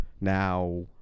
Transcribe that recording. Now